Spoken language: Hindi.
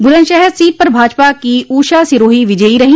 बुलन्दशहर सीट पर भाजपा की ऊषा सिरोही विजयी रही